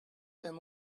them